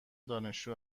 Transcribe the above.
دانشجو